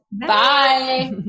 Bye